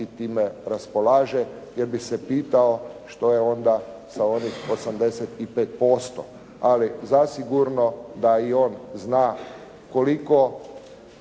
time raspolaže jer bi se pitao što je onda sa onih 85%. Ali zasigurno da i on zna koliko